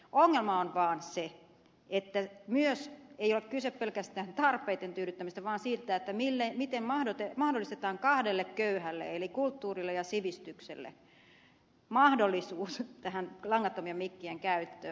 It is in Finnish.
ongelma on vaan se että ei ole kyse pelkästään tarpeitten tyydyttämisestä vaan siitä miten mahdollistetaan kahdelle köyhälle eli kulttuurille ja sivistykselle langattomien mikkien käyttö